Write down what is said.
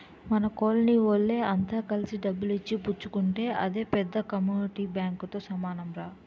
మన కోలనీ వోళ్ళె అంత కలిసి డబ్బులు ఇచ్చి పుచ్చుకుంటే అదే పెద్ద కమ్యూనిటీ బాంకుతో సమానంరా